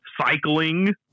cycling